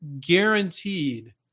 guaranteed